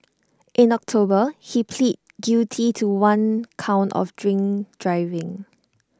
in October he pleaded guilty to one count of drink driving